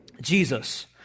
Jesus